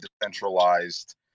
decentralized